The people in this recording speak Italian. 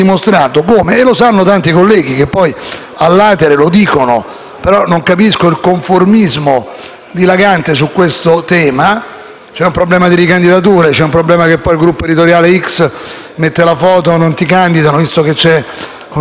C'è un problema di ricandidature? C'è il problema che il gruppo editoriale «X» non ti mette la foto e non ti candida, visto che c'è una difficoltà di spazi? Un tema di questa natura non andava trattato in queste circostanze, con queste modalità e con questo